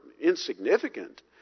insignificant